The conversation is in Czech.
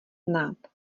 znát